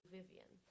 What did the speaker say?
Vivian